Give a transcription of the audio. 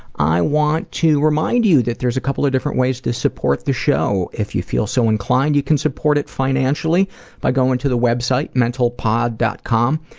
i want to remind you that there's a couple of different ways to support the show if you feel so inclined. you can support it financially by going to the website, mentalpod. com,